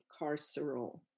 carceral